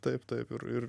taip taip ir ir